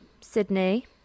Sydney